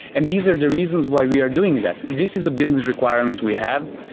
and these are the reasons why we are doing that. this is a business requirement we have.